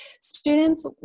students